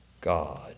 God